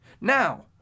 Now